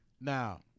Now